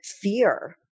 fear